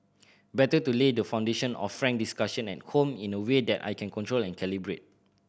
better to lay the foundation of frank discussion at home in a way that I can control and calibrate